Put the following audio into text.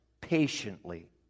patiently